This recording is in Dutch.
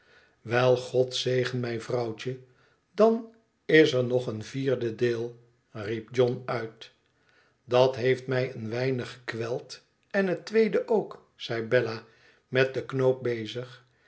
wel god zegen mijn vrouwtje dan is er nog een vierde deel riep john uit idat heeft mij een weinig gekweld en het tweede ook zei bella met den knoop bezig